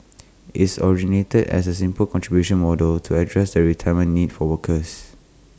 its originated as A simple contributions model to address the retirement needs for workers